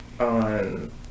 on